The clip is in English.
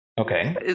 Okay